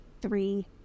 Three